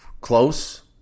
close